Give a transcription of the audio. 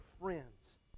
friends